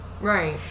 Right